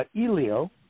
Elio